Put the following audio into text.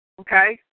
Okay